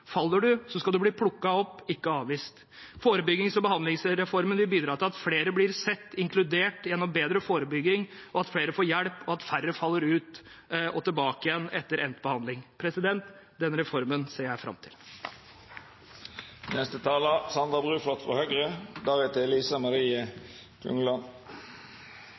Faller du, skal du bli plukket opp, ikke avvist. Forebyggings- og behandlingsreformen vil bidra til at flere blir sett og inkludert gjennom bedre forebygging, og at flere får hjelp, at færre faller ut og tilbake etter endt behandling. Denne reformen ser jeg fram til.